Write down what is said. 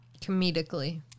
Comedically